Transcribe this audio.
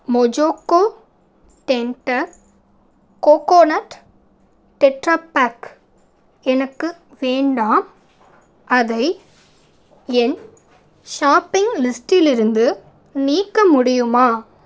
Mojoco tender coconut tetra pack எனக்கு வேண்டாம் அதை என் ஷாப்பிங் லிஸ்டிலிருந்து நீக்க முடியுமா